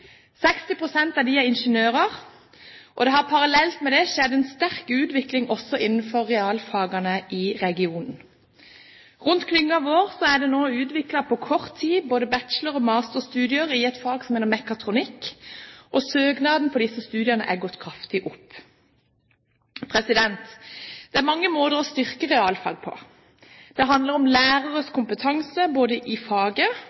av dem er ingeniører. Parallelt med det har det skjedd en sterk utvikling også innenfor realfagene i regionen. Rundt klyngen vår er det nå på kort tid utviklet både bachelor- og masterstudier i et fag som heter mekatronikk. Søknaden til disse studiene er gått kraftig opp. Det er mange måter å styrke realfag på. Det handler både om læreres kompetanse i faget